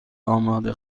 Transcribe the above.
آماده